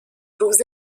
روز